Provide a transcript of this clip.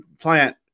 plant